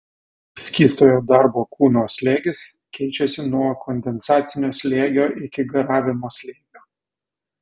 skystojo darbo kūno slėgis keičiasi nuo kondensacinio slėgio iki garavimo slėgio